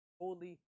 holy